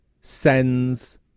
sends